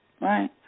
right